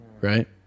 right